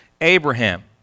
Abraham